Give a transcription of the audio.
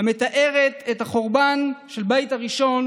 המתארת את החורבן של הבית הראשון